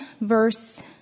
verse